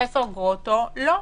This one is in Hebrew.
לא,